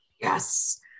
yes